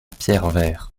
pierrevert